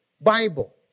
Bible